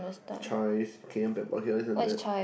chives cayanne okay this and that